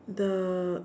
the